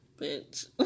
Bitch